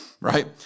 Right